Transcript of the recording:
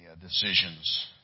decisions